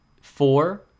four